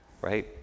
Right